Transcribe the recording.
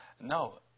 No